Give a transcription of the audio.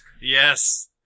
Yes